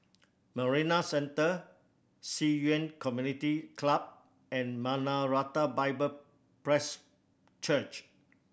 Marina Centre Ci Yuan Community Club and Maranatha Bible Presby Church